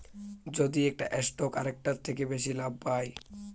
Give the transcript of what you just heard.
যদি একটা স্টক আরেকটার থেকে বেশি লাভ পায়